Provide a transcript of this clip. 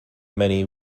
many